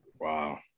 wow